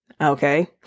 okay